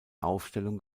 aufstellung